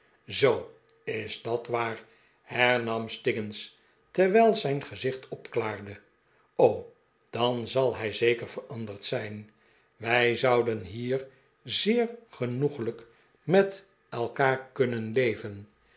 zoo is dat waar hernam stiggins terwijl zijn gezicht opklaarde o t dan zal hij zeker veranderd zijn wij zouden hier zeer genoeglijk met elkaar kunnen leven